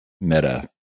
meta